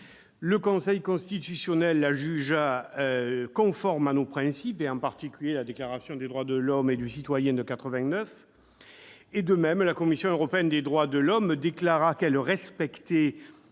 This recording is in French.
Le Conseil constitutionnel la jugea conforme à nos principes, en particulier à la Déclaration des droits de l'homme et du citoyen de 1789. De même, la Cour européenne des droits de l'homme, la CEDH, déclara que cette loi respectait